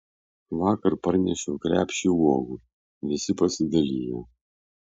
vakar parnešiau krepšį uogų visi pasidalijo